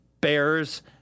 Bears